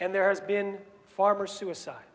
and there has been farmer suicide